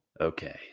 okay